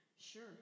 Sure